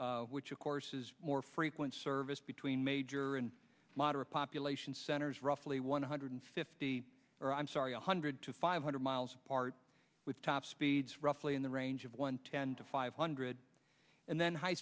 rail which of course is more frequent service between major and moderate population centers roughly one hundred fifty or i'm sorry one hundred to five hundred miles apart with top speeds roughly in the range of one ten to five hundred and then high